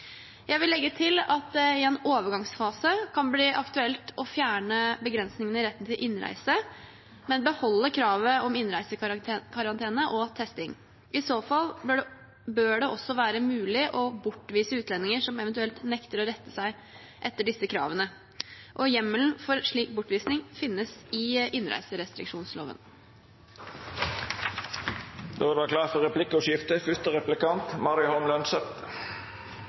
Jeg vil legge til at det i en overgangsfase kan bli aktuelt å fjerne begrensningene i retten til innreise, men beholde kravet om innreisekarantene og testing. I så fall bør det også være mulig å bortvise utlendinger som eventuelt nekter å rette seg etter disse kravene. Hjemmelen for slik bortvisning finnes i innreiserestriksjonsloven. Det vert replikkordskifte. På fredag avholdt regjeringen pressekonferanse om koronasituasjonen. Det var